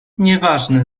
nieważne